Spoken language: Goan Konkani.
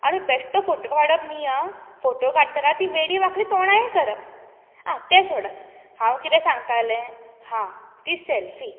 आनी बेश्टो फोटो काडप न्हय आं फोटो काडटना तीं वेगळी वांकडी तोंडांय करप आं तें सोडात हांव किरें सांगतालें हां ती सॅल्फी